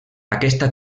aquesta